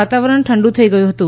વાતાવરણ ઠંડુ થઈ ગયું હતું